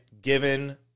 given